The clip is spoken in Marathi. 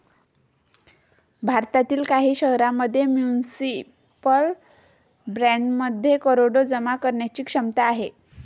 भारतातील काही शहरांमध्ये म्युनिसिपल बॉण्ड्समधून करोडो जमा करण्याची क्षमता आहे